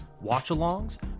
watch-alongs